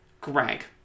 Greg